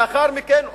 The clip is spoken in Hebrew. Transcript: לאחר מכן,